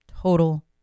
Total